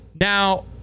Now